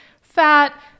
fat